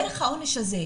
דרך העונש הזה,